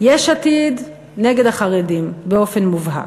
יש עתיד נגד החרדים באופן מובהק,